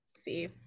see